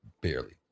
barely